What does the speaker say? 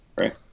right